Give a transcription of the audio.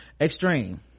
extreme